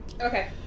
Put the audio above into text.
Okay